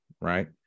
Right